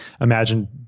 imagine